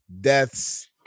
deaths